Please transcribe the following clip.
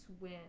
win